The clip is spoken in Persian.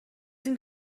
این